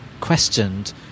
questioned